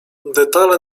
detale